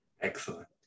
Excellent